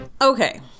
Okay